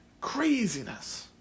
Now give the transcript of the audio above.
Craziness